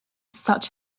such